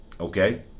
Okay